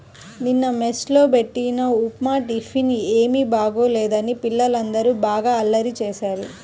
నిన్న మెస్ లో బెట్టిన ఉప్మా టిఫిన్ ఏమీ బాగోలేదని పిల్లలందరూ బాగా అల్లరి చేశారు